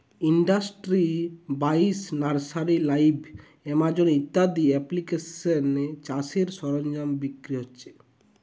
industry বাইশ, nursery live, Amazon ইত্যাদি এপ্লিকেশানে চাষের সরঞ্জাম বিক্রি হচ্ছে